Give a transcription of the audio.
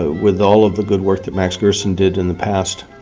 ah with all of the good work that max gerson did in the past,